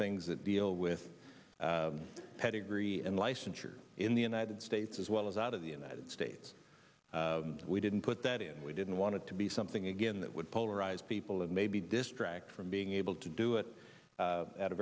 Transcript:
things that deal with pedigree and licensure in the united states as well as out of the united states we didn't put that in we didn't want to be something again that would polarize people and maybe distract from being able to do it at a